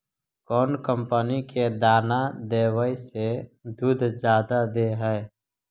कौन कंपनी के दाना देबए से दुध जादा दे है?